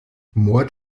mord